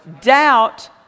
Doubt